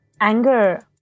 Anger